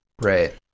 right